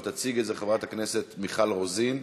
אבל תציג את זה חברת הכנסת מיכל רוזין